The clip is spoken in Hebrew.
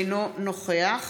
אינו נוכח